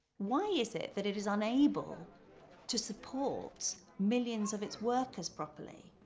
why is it that it is unable to support millions of its workers properly?